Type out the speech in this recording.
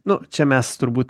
nu čia mes turbūt